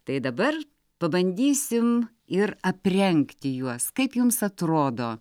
tai dabar pabandysim ir aprengti juos kaip jums atrodo